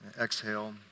exhale